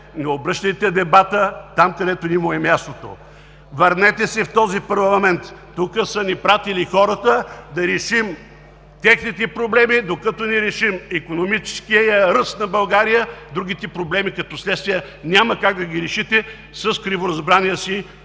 обръщайте дебата там, където не му е мястото! Върнете се в този парламент! Тук са ни пратили хората да решим техните проблеми. Докато не решим икономическия ръст на България, другите проблеми като следствие, няма как да ги решите с криворазбрания си